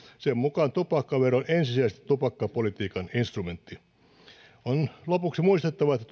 sen mukaan tupakkavero on ensisijaisesti tupakkapolitiikan instrumentti on lopuksi muistettava että